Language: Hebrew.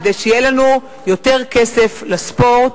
כדי שיהיה לנו יותר כסף לספורט.